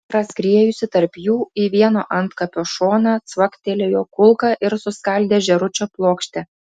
praskriejusi tarp jų į vieno antkapio šoną cvaktelėjo kulka ir suskaldė žėručio plokštę